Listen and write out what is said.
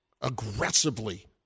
aggressively